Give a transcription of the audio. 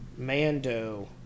Mando